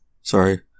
Sorry